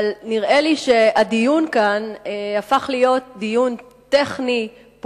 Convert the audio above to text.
אבל נראה לי שהדיון כאן הפך להיות דיון טכני-פוליטי,